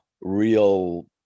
real